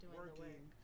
working